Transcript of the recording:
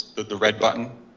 but the red button.